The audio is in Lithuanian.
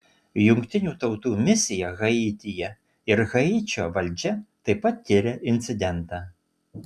jungtinių tautų misija haityje ir haičio valdžia taip pat tiria incidentą